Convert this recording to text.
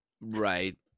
right